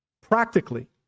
Practically